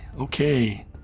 okay